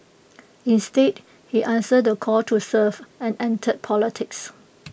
instead he answered the call to serve and entered politics